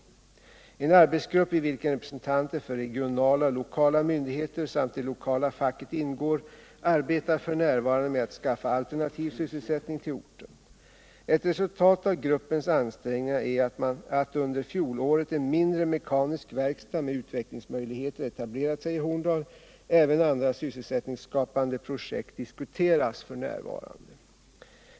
En arbetsgrupp, i vilken representanter för regionala och lokala myndigheter samt det lokala facket ingår, arbetar f. n. med att skaffa alternativ sysselsättning till orten. Ett resultat av gruppens ansträngningar är att under fjolåret en mindre mekanisk verkstad med utvecklingsmöjligheter etablerat sig i Horndal. Även andra sysselsättningsskapande projekt diskuteras f. n.